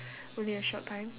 only a short time